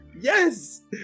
Yes